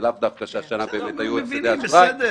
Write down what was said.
זה לאו דווקא שהשנה היו הפסדי אשראי.